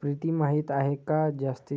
प्रीती माहीत आहे का जास्त